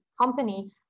company